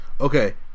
Okay